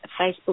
Facebook